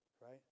right